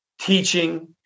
teaching